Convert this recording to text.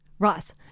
Ross